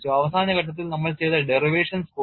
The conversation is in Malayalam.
അവസാന ഘട്ടത്തിൽ നമ്മൾ ചെയ്ത derivations പോലും